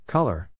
Color